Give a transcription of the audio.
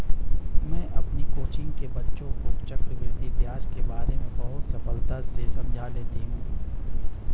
मैं अपनी कोचिंग के बच्चों को चक्रवृद्धि ब्याज के बारे में बहुत सरलता से समझा लेती हूं